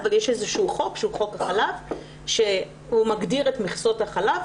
אבל יש את חוק החלב שמגדיר את מכסות החלב.